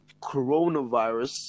coronavirus